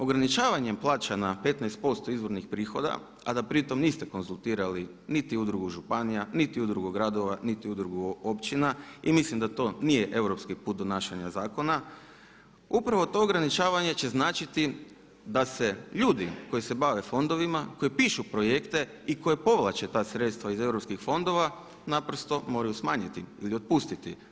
Ograničavanjem plaća na 15% izvornih prihoda, a da pri tome niste konzultirali niti Udrugu županija, niti Udruga gradova, niti Udruga općina i mislim da to nije europski put donašanja zakona upravo to ograničavanje će značiti da se ljudi koji se bave fondovima koji pišu projekte i koji povlače ta sredstva iz europskih fondova naprosto moraju smanjiti ili otpustiti.